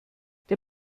der